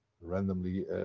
randomly